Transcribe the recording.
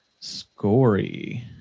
Scory